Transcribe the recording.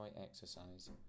exercise